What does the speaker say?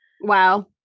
Wow